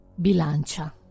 Bilancia